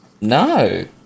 no